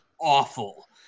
awful